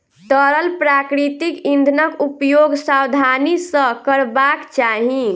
तरल प्राकृतिक इंधनक उपयोग सावधानी सॅ करबाक चाही